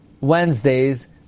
Wednesdays